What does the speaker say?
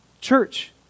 Church